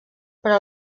però